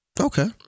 okay